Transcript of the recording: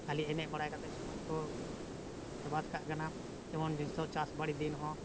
ᱠᱷᱟᱹᱞᱤ ᱮᱱᱮᱡ ᱵᱟᱲᱟ ᱠᱟᱛᱮᱫ ᱥᱚᱢᱚᱭ ᱠᱚ ᱵᱮᱨᱵᱟᱫ ᱠᱟᱜ ᱠᱟᱱᱟ ᱡᱮᱢᱚᱱ ᱡᱤᱱᱤᱥ ᱫᱚ ᱪᱟᱥ ᱵᱟᱲᱤ ᱫᱤᱱ ᱦᱚᱸ